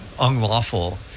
unlawful